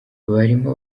barimo